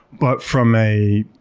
but from a